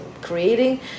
creating